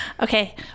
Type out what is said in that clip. Okay